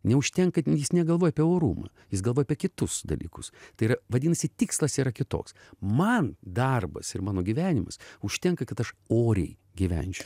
neužtenka jis negalvoja apie orumą jis galvoja apie kitus dalykus tai yra vadinasi tikslas yra kitoks man darbas ir mano gyvenimas užtenka kad aš oriai gyvenčiau